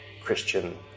Christian